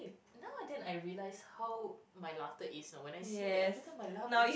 now then I realise how my laughter is know when I see that every time I laugh